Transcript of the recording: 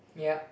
yup